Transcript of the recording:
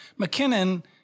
mckinnon